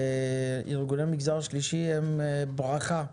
וארגוני מגזר שלישי הם ברכה,